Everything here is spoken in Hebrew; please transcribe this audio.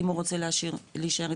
אם הוא רוצה להישאר אצלנו,